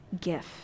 gift